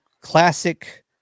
classic